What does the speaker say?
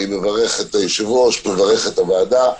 אני מברך את היושב-ראש, מברך את הוועדה.